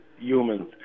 humans